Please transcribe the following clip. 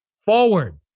forward